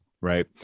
right